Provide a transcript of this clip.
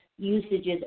usages